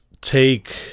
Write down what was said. take